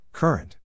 Current